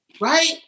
right